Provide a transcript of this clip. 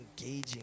engaging